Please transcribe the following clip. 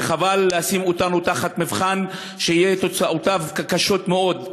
וחבל לשים אותנו במבחן שתוצאותיו יהיו קשות מאוד,